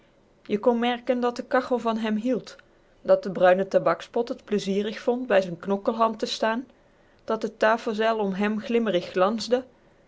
je kon merken dat de kachel van hem hield dat de bruine tabakspot t plezierig vond bij z'n knokkelhand te staan dat t tafelzeil om hèm glimmerig glansde